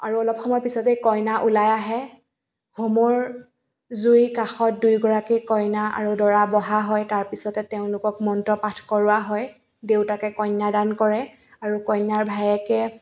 আৰু অলপ সময় পিছতেই কইনা ওলাই আহে হোমৰ জুই কাষত দুইগৰাকী কইনা আৰু দৰা বহা হয় তাৰপিছতে তেওঁলোকক মন্ত্ৰ পাঠ কৰোৱা হয় দেউতাকে কন্যা দান কৰে আৰু কইনাৰ ভায়েকে